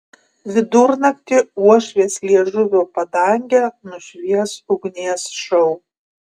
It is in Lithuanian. vidurnaktį uošvės liežuvio padangę nušvies ugnies šou